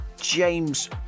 James